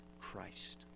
Christ